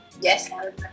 Yes